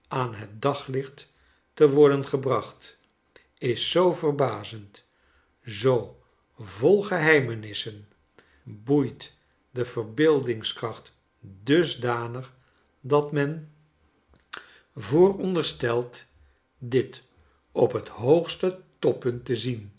aan het daglicht te worden gebracht is zoo verbazend zoo vol geheimenissen boeit de verbeeldingskracht dusdanig dat men vooronderstelt dit op het hoogste toppunt te zien